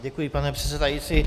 Děkuji, pane předsedající.